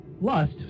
lust